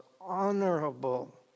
honorable